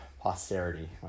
posterity